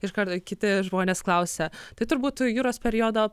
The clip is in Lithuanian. iškart kiti žmonės klausia tai turbūt juros periodo